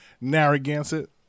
Narragansett